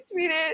tweeted